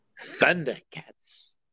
Thundercats